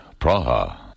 Praha